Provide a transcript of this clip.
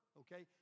okay